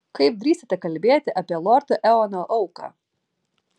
kaip drįstate kalbėti apie lordo eono auką